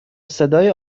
صدای